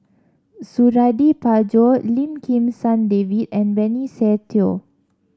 Suradi Parjo Lim Kim San David and Benny Se Teo